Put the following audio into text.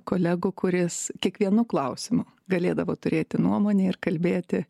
kolegų kuris kiekvienu klausimu galėdavo turėti nuomonę ir kalbėti